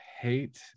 hate